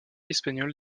espagnol